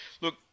Look